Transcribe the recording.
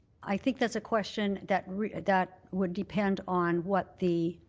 i think that's a question that that would depend on what the